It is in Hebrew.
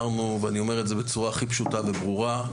אני אומר את זה בצורה הכי פשוטה וברורה: